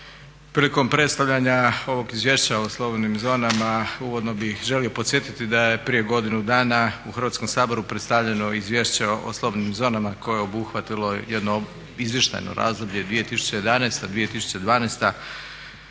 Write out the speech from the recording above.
Prilikom predstavljanja ovog izvješća o slobodnim zonama uvodno bi želio podsjetiti da je prije godinu dana u Hrvatskom saboru predstavljeno izvješće o slobodnim zonama koje je obuhvatilo jedno izvještajno razdoblje 2011.-2012.